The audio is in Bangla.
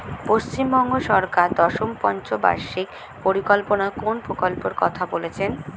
পশ্চিমবঙ্গ সরকার দশম পঞ্চ বার্ষিক পরিকল্পনা কোন প্রকল্প কথা বলেছেন?